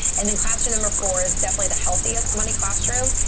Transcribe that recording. and then classroom number four is definitely the healthiest money classroom.